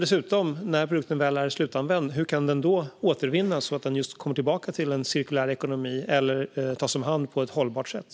Dessutom ska det innehålla hur produkten kan återvinnas när den väl är slutanvänd, så att den kommer tillbaka i en cirkulär ekonomi eller tas om hand på ett hållbart sätt.